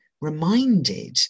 reminded